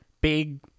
big